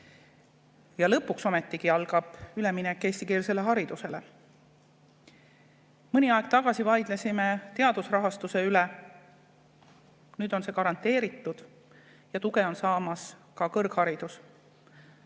reform. Lõpuks ometigi algab üleminek eestikeelsele haridusele. Mõni aeg tagasi vaidlesime teaduse rahastuse üle. Nüüd on see garanteeritud ja tuge on saamas ka kõrgharidus. Siin